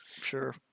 sure